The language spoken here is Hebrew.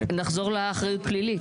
נחזור לאחריות פלילית...